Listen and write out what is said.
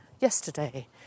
yesterday